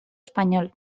español